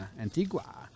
Antigua